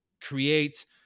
create